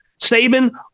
Saban